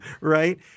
right